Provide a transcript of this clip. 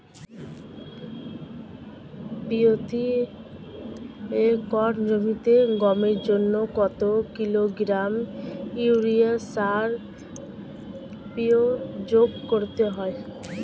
প্রতি একর জমিতে গমের জন্য কত কিলোগ্রাম ইউরিয়া সার প্রয়োগ করতে হয়?